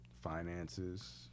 finances